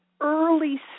early